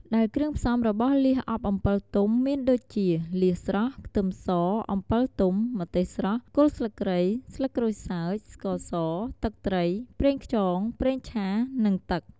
ដែលគ្រឿងផ្សំរបស់លៀសអប់អំពិលទុំមានដូចជា លៀសស្រស់ ខ្ទឹមស អំពិលទុំ ម្ទេសស្រស់ គល់ស្លឹកគ្រៃ ស្លឹកក្រូចសើច ស្ករស ទឹកត្រី ប្រេងខ្យង ប្រេងឆា និងទឹក។